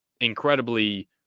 incredibly